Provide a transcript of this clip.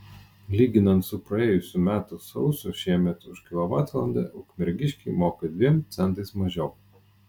lyginant su praėjusių metų sausiu šiemet už kilovatvalandę ukmergiškiai moka dviem centais mažiau